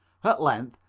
at length,